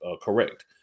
correct